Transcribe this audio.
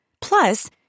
Plus